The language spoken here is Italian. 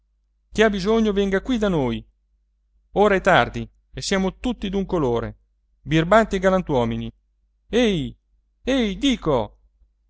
chi ha bisogno venga qui da noi ora è tardi e siamo tutti d'un colore birbanti e galantuomini ehi ehi dico